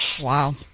Wow